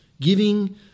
giving